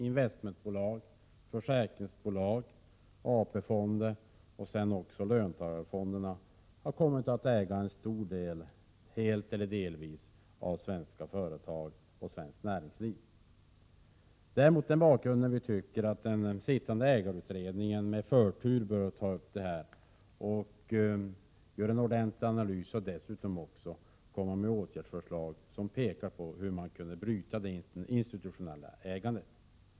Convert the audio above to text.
Investmentbolag, försäkringsbolag, AP-fonder och sedan också löntagarfonderna har kommit att äga företag, helt eller delvis, inom svenskt näringsliv. Det är mot den bakgrunden vi tycker att den sittande ägarutredningen med förtur bör ta upp detta, göra en ordentlig analys och komma med förslag till åtgärder som pekar på hur man kunde bryta det institutionella ägandet.